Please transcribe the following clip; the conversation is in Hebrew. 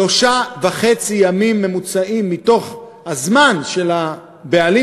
שלושה ימים וחצי בממוצע מהזמן של הבעלים